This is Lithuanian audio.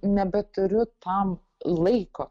nebeturiu tam laiko